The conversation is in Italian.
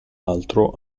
altro